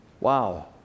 Wow